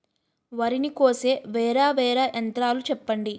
వరి ని కోసే వేరా వేరా యంత్రాలు చెప్పండి?